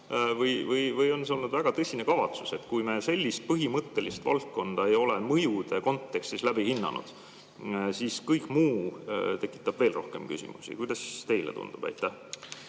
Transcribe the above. on see olnud väga tõsine kavatsus? Kui me sellist põhimõttelist valdkonda ei ole mõjude kontekstis läbi hinnanud, siis kõik muu tekitab veel rohkem küsimusi. Kuidas teile tundub? Aitäh,